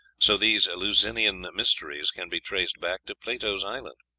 so these eleusinian mysteries can be traced back to plato's island.